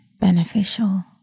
beneficial